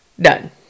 done